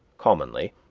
commonly,